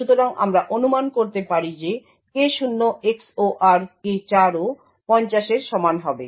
সুতরাং আমরা অনুমান করতে পারি যে K0 XOR K4ও 50 এর সমান হবে